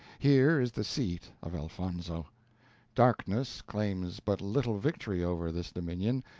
here is the seat of elfonzo darkness claims but little victory over this dominion,